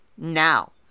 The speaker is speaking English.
Now